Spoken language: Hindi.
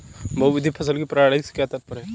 बहुविध फसल प्रणाली से क्या तात्पर्य है?